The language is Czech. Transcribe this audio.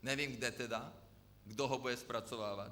Nevím, kde tedy, kdo ho bude zpracovávat.